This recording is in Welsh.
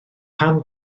pan